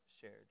shared